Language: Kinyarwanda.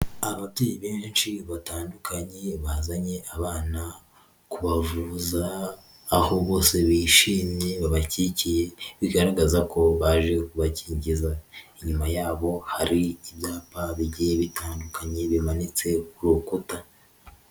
Ababyeyi benshi batandukanye bazanye abana kubavuza, aho bose bishimye babakigikiye, bigaragaza ko baje kubakingeza, inyuma yabo hari ibyapa bigiye bitandukanye, bimanitse ku rukuta.